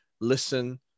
listen